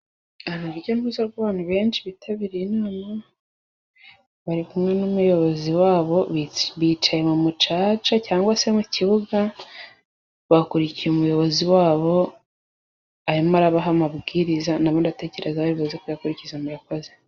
Nibyiza ko abantu benshi bitabiriye inama, bari kumwe n'umuyobozi wabo. Bicaye mu mucaca cyangwa se mu kibuga. Bakurikiye umuyobozi wabo, arimo arabaha amabwiriza. Na bo ndatekereza bari buze kuyakurikiza murakoze.